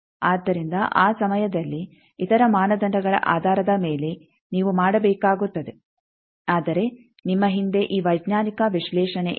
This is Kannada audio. ಆದ್ದರಿಂದ ಆ ಸಮಯದಲ್ಲಿ ಇತರ ಮಾನದಂಡಗಳ ಆಧಾರದ ಮೇಲೆ ನೀವು ಮಾಡಬೇಕಾಗುತ್ತದೆ ಆದರೆ ನಿಮ್ಮ ಹಿಂದೆ ಈ ವೈಜ್ಞಾನಿಕ ವಿಶ್ಲೇಷಣೆ ಇದೆ